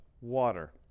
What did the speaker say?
water